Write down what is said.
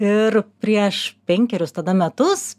ir prieš penkerius metus